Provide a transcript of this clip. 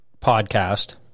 podcast